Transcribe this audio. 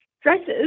dresses